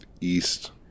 East